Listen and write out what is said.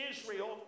Israel